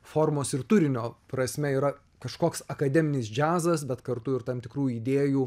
formos ir turinio prasme yra kažkoks akademinis džiazas bet kartu ir tam tikrų idėjų